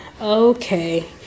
Okay